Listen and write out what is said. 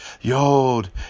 Yod